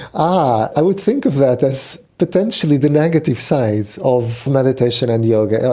i would think of that as potentially the negative side of meditation and yoga,